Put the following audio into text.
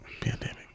pandemic